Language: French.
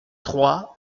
trois